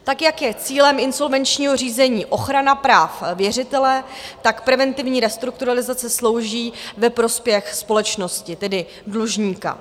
Tak, jak je cílem insolvenčního řízení ochrana práv věřitele, preventivní restrukturalizace slouží ve prospěch společnosti, tedy dlužníka.